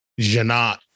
Janat